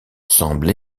semblent